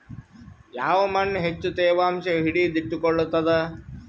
ಯಾವ್ ಮಣ್ ಹೆಚ್ಚು ತೇವಾಂಶ ಹಿಡಿದಿಟ್ಟುಕೊಳ್ಳುತ್ತದ?